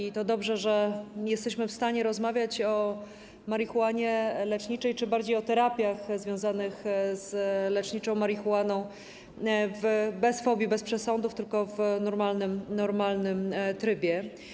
I to dobrze, że jesteśmy w stanie rozmawiać o marihuanie leczniczej czy bardziej o terapiach związanych z leczniczą marihuaną bez fobii, bez przesądów, tylko w normalnym trybie.